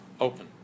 open